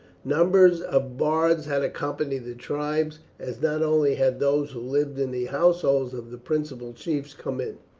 numbers of bards had accompanied the tribes, as not only had those who lived in the households of the principal chiefs come in,